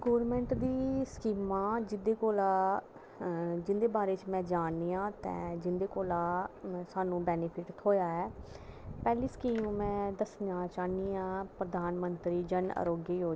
government दी स्कीमां जेह्दे कोला जिंदे बारै च में जाननी आं तां जिंदे कोला सानूं बेनीफिट थ्होआ पैह्ली स्कीम दस्सना चाह्नीं आं प्रधानमंत्री आरोग्य योजना